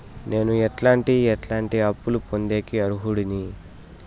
నేను ఎట్లాంటి ఎట్లాంటి అప్పులు పొందేకి అర్హుడిని?